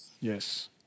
Yes